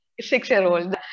six-year-old